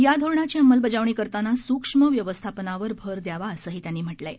या धोरणाची अंमलबजावणी करताना सूक्ष्म व्यवस्थापनावर भर द्यावा असंही त्यांनी म्हटलं आहे